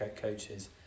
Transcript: coaches